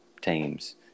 teams